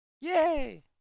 Yay